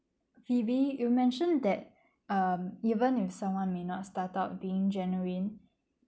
phoebe you mentioned that um even in someone may not start up being genuine